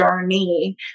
journey